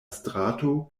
strato